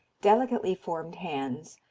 delicately formed hands,